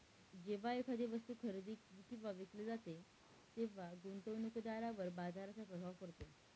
जेव्हा एखादी वस्तू खरेदी किंवा विकली जाते तेव्हा गुंतवणूकदारावर बाजाराचा प्रभाव पडतो